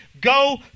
go